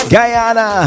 Guyana